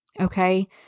Okay